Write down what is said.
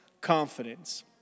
confidence